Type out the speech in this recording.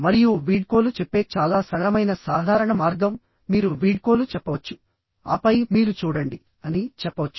మరియు వీడ్కోలు చెప్పే చాలా సరళమైన సాధారణ మార్గం మీరు వీడ్కోలు చెప్పవచ్చు ఆపై మీరు చూడండి అని చెప్పవచ్చు